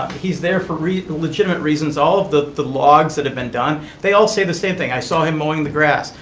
he's there for legitimate reasons. all of the the logs that have been done, they all say the same thing. i saw him mowing the grass.